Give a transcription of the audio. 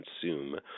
consume